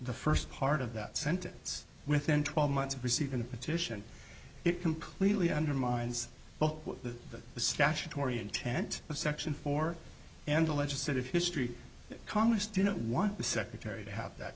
the first part of that sentence within twelve months of receiving the petition it completely undermines well the statutory intent of section four and the legislative history congress didn't want the secretary to have that